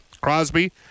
Crosby